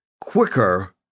quicker